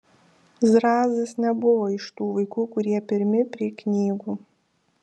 zrazas nebuvo iš tų vaikų kurie pirmi prie knygų